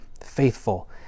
faithful